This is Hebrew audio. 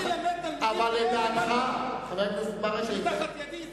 שאני אלמד תלמידים כאלה,